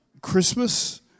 Christmas